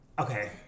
Okay